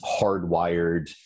hardwired